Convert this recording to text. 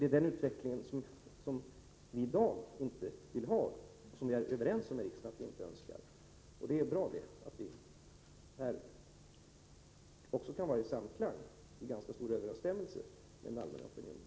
Det är denna utveckling som vi i dag är överens om i riksdagen att vi inte önskar, och det är bra att vi här kan vara i samklang och ganska stor överensstämmelse med den allmänna opinionen.